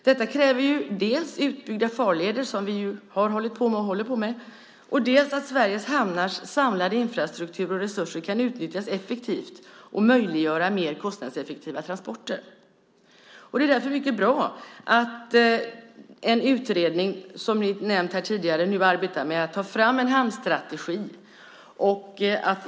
Detta kräver dels utbyggda farleder som vi har hållit på med och håller på med, dels att Sveriges hamnars samlade infrastruktur och resurser kan utnyttjas effektivt och möjliggöra mer kostnadseffektiva transporter. Det är därför mycket bra att en utredning, som nämnts här tidigare, nu arbetar med att ta fram en hamnstrategi.